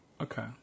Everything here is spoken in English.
Okay